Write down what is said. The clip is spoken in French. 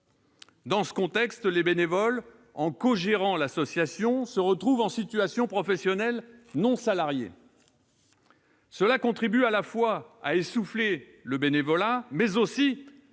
Dans ce contexte, les bénévoles, en cogérant l'association, se retrouvent en situation professionnelle non salariée, ce qui contribue à la fois à l'essoufflement du bénévolat et à